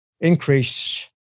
increase